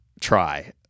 try